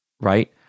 Right